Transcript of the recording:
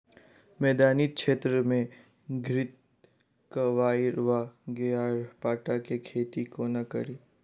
मैदानी क्षेत्र मे घृतक्वाइर वा ग्यारपाठा केँ खेती कोना कड़ी?